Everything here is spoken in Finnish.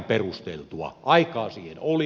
aikaa siihen oli